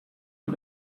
oan